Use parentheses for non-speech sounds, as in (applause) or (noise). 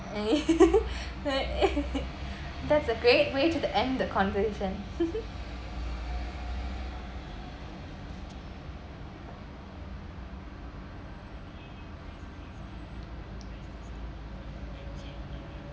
(laughs) that's a great way to the end the conversation